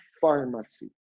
pharmacy